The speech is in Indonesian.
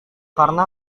karena